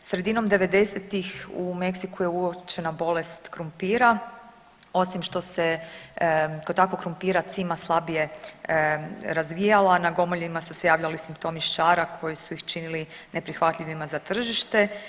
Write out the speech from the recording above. Sredinom devedesetih u Meksiku je uočena bolest krumpira osim što se kod takvog krumpira cima slabije razvijala na gomoljima su se javljali simptomi šara koji su ih činili neprihvatljivima za tržište.